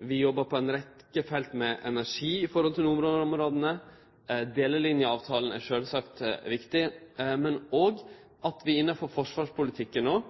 Vi jobbar med energi på ei rekkje felt i nordområda. Delelinjeavtalen er sjølvsagt viktig, men det er òg viktig at vi innanfor forsvarspolitikken